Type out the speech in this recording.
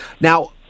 Now